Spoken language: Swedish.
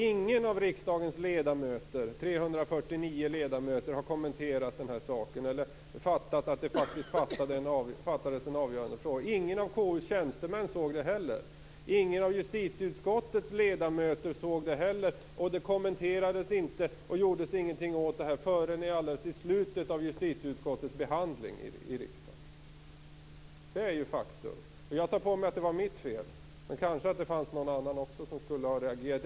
Ingen av riksdagens 349 ledamöter har kommenterat saken eller förstått att det faktiskt fattades en avgörande fråga. Inte heller någon av KU:s tjänstemän eller någon av justitieutskottets ledamöter såg det. Det kommenterades inte och gjordes ingenting åt det förrän alldeles i slutet av justitieutskottets behandling. Detta är faktum. Jag tar på mig att det var mitt fel. Kanske någon annan också borde ha reagerat.